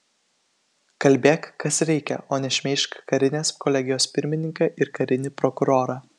kalbėk kas reikia o ne šmeižk karinės kolegijos pirmininką ir karinį prokurorą